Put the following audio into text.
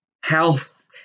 Health